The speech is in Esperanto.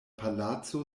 palaco